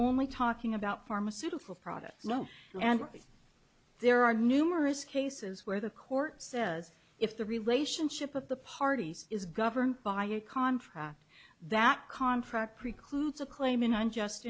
only talking about pharmaceutical products no and there are numerous cases where the court says if the relationship of the parties is governed by a contract that contract precludes a claim in on just